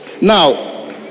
Now